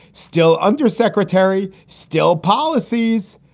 still under secretary, still policies.